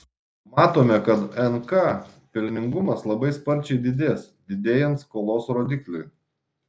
matome kad nk pelningumas labai sparčiai didės didėjant skolos rodikliui